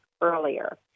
earlier